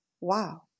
wow